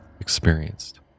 experienced